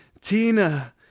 Tina